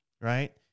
right